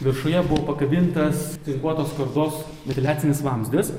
viršuje buvo pakabintas cinkuotos skardos ventiliacinis vamzdis